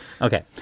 Okay